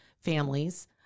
families